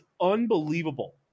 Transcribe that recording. unbelievable